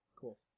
Cool